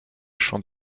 chants